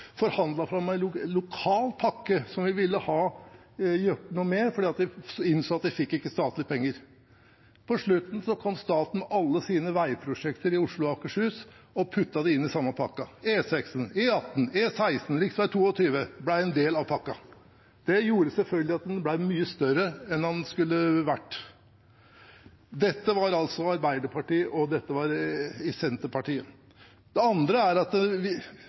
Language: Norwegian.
lokal pakke som vi ville ha gjort noe med, fordi vi innså at de fikk ikke statlige penger. På slutten kom staten med alle sine veiprosjekter i Oslo og Akershus og puttet det inn i samme pakken – E6, E18, E16 og rv. 22 ble en del av pakken. Det gjorde selvfølgelig at den ble mye større enn den skulle vært. Dette var altså Arbeiderpartiet og Senterpartiet. Det andre er arealpolitikken. Det eneste som kom ut av regionreformen i 2010, var at